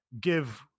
give